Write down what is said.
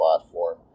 platform